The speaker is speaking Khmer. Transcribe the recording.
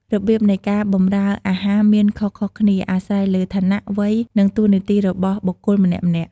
របៀបនៃការបម្រើអាហារមានខុសៗគ្នា អាស្រ័យលើឋានៈ វ័យ និងតួនាទីរបស់បុគ្គលម្នាក់ៗ។